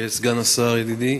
סגן השר ידידי,